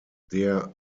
der